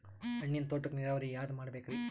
ಹಣ್ಣಿನ್ ತೋಟಕ್ಕ ನೀರಾವರಿ ಯಾದ ಮಾಡಬೇಕ್ರಿ?